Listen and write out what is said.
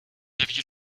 aviez